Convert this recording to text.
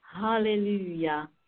Hallelujah